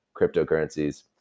cryptocurrencies